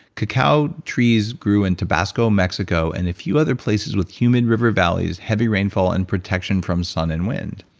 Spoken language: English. cacao trees grew and tabasco, mexico, and a few other places with humid river valleys, heavy rainfall and protection from sun and wind.